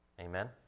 Amen